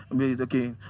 okay